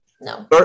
No